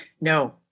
no